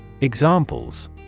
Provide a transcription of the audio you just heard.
Examples